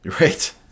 right